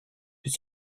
peux